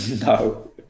no